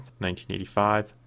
1985